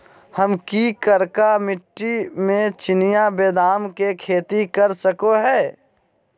हम की करका मिट्टी में चिनिया बेदाम के खेती कर सको है?